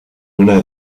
una